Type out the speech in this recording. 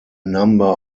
number